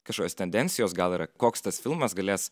kažkokios tendencijos gal yra koks tas filmas galės